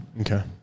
Okay